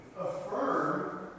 affirm